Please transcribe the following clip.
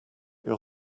your